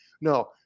No